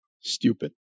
Stupid